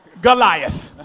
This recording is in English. Goliath